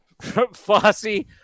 Fossey